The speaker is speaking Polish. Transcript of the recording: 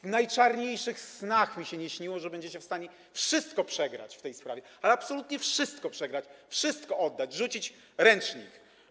W najczarniejszych snach mi się nie śniło, że będziecie w stanie wszystko przegrać w tej sprawie, ale absolutnie wszystko przegrać, wszystko oddać, rzucić ręcznik.